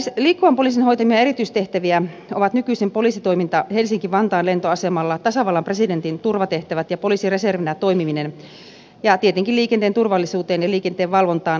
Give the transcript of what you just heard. liikkuvan poliisin hoitamia erityistehtäviä ovat nykyisin poliisitoiminta helsinkivantaan lentoasemalla tasavallan presidentin turvatehtävät ja poliisireservinä toimiminen ja tietenkin liikenteen turvallisuuteen ja liikenteenvalvontaan liittyvät tehtävät